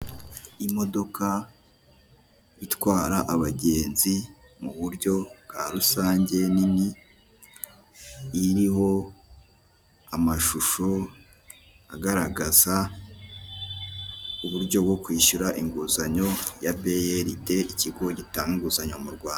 Imodoka itwara abagenzi mu buryo bwa rusange nini iriho amashusho agaragaza uburyo bwo kwishyura inguzanyo ya beyeride ikigo gitanga inguzanyo mu Rwanda.